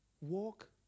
walk